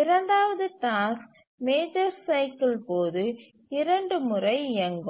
இரண்டாவது task major cycle போது 2 முறை இயங்கும்